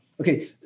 Okay